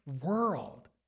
world